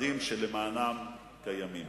חברי ישראל ביתנו היחידים שנמצאים כאן להצביע נגד חוק